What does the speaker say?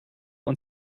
und